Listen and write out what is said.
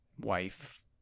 wife